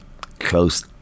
close